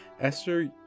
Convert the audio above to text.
esther